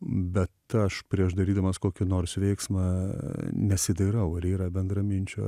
bet aš prieš darydamas kokį nors veiksmą nesidairau ar yra bendraminčių a